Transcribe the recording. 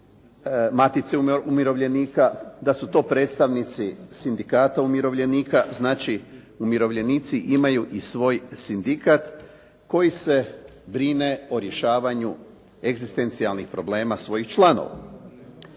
Matice umirovljenika, da su to predstavnici Sindikata umirovljenika. Znači, umirovljenici imaju i svoj sindikat koji se brine o rješavanju egzistencijalnih problema svojih članova.